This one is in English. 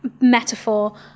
metaphor